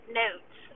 notes